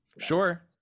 Sure